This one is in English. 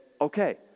okay